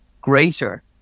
greater